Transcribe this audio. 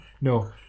No